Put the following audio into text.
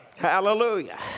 Hallelujah